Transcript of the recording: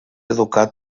educat